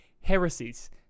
heresies